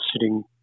sitting